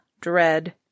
dread